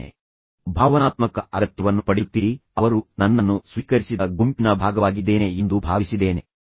ಆದ್ದರಿಂದ ಅದರ ನಂತರ ನೀವು ಭಾವನಾತ್ಮಕ ಅಗತ್ಯವನ್ನು ಪಡೆಯುತ್ತೀರಿ ಅವರು ನನ್ನನ್ನು ಸ್ವೀಕರಿಸಿದ ಗುಂಪಿನ ಭಾಗವಾಗಿದ್ದೇನೆ ಎಂದು ಭಾವಿಸಿ ನಾನು ಅವರಿಗೆ ಸೇರಿದವನಾಗಿದ್ದೇನೆ